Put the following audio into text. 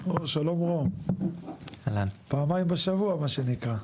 שלום, פעמיים בשבוע מה שנקרא,